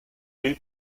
bill